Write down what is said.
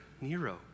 Nero